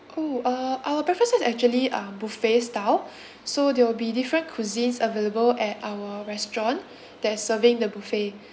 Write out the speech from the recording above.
!woo! uh our breakfast set's actually uh buffet style so there will be different cuisines available at our restaurant that is serving the buffet